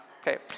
Okay